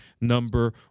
number